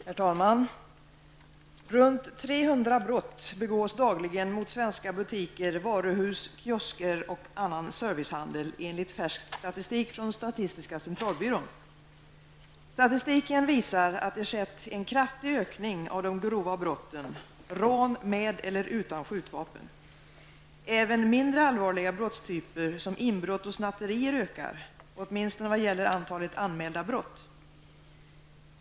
Herr talman! Runt 300 brott begås dagligen mot svenska butiker, varuhus, kiosker och annan servicehandel, enligt färsk statistik från statistiska centralbyrån. Statistiken visar att det har skett en kraftig ökning av de grova brotten, rån med eller utan skjutvapen. Även mindre allvarliga brottstyper som inbrott och snatterier ökar, åtminstone vad gäller antalet anmälda brott.